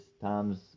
times